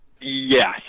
Yes